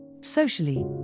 Socially